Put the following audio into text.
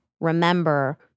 remember